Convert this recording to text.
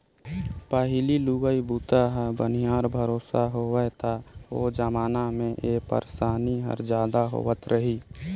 पहिली लुवई बूता ह बनिहार भरोसा होवय त ओ जमाना मे ए परसानी हर जादा होवत रही